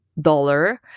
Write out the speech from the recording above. dollar